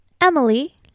Emily